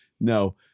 no